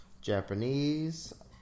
Japanese